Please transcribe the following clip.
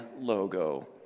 logo